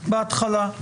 בהתחלה,